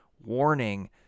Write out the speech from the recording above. Warning